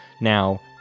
Now